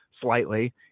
slightly